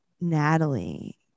Natalie